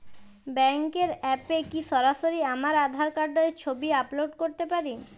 ব্যাংকের অ্যাপ এ কি সরাসরি আমার আঁধার কার্ড র ছবি আপলোড করতে পারি?